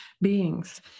beings